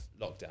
lockdown